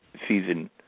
season